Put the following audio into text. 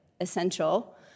essential